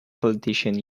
politicians